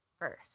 First